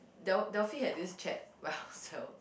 Del~ Delphy had this chat by ourselves